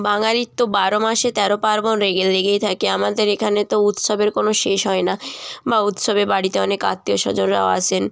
বাঙালির তো বারো মাসে তেরো পার্বণ রেগে লেগেই থাকে আমাদের এখানে তো উৎসবের কোনো শেষ হয় না বা উৎসবে বাড়িতে অনেক আত্মীয় স্বজনরাও আসেন